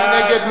מי נגד?